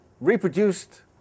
reproduced